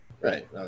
Right